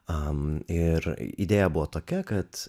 ir idėja buvo tokia kad